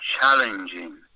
challenging